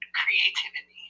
creativity